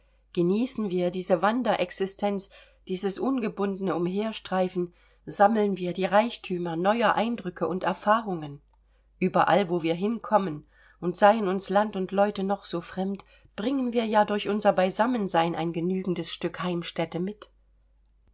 genießen wir diese wanderexistenz dieses ungebundene umherstreifen sammeln wir die reichtümer neuer eindrücke und erfahrungen überall wo wir hinkommen und seien uns land und leute noch so fremd bringen wir ja durch unser beisammensein ein genügendes stück heimstätte mit